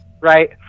right